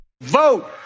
vote